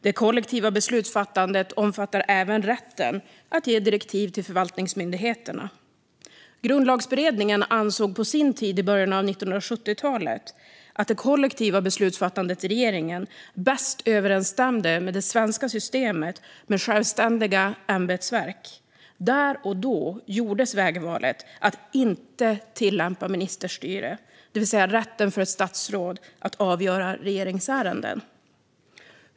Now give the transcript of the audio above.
Det kollektiva beslutsfattandet omfattar även rätten att ge direktiv till förvaltningsmyndigheterna. Grundlagsberedningen ansåg på sin tid i början av 1970-talet att det kollektiva beslutsfattandet i regeringen bäst överensstämde med det svenska systemet med självständiga ämbetsverk. Där och då gjordes vägvalet att inte tillämpa ministerstyre, det vill säga rätten för ett statsråd att avgöra regeringsärenden.